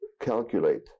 calculate